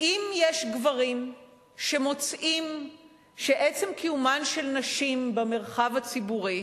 שאם יש גברים שמוצאים שעצם קיומן של נשים במרחב הציבורי